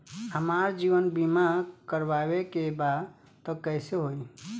हमार जीवन बीमा करवावे के बा त कैसे होई?